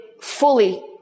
fully